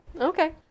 Okay